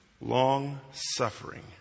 Long-suffering